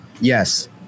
Yes